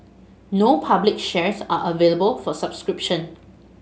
no public shares are available for subscription